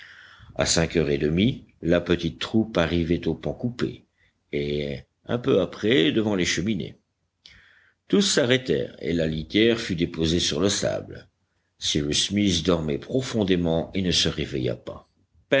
à cinq heures et demie la petite troupe arrivait au pan coupé et un peu après devant les cheminées tous s'arrêtèrent et la litière fut déposée sur le sable cyrus smith dormait profondément et ne se réveilla pas